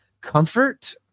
comfort